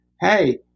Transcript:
hey